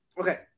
Okay